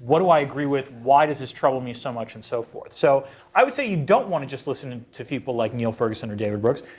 what do i agree with, why does this trouble me so much and so forth. so i would say you don't want to just listen and to people like niall ferguson or david brooks,